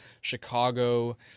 Chicago